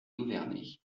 louverné